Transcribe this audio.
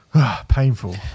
painful